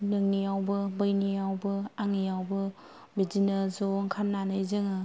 नोंनियावबो बैनियावबो आंनियावबो बिदिनो ज' ओंखारनानै जोङो